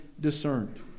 discerned